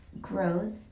growth